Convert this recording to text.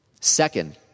Second